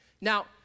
now